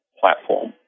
platform